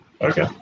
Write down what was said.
Okay